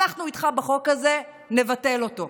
אנחנו איתך בחוק הזה, נבטל אותו,